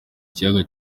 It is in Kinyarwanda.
kiyaga